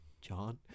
John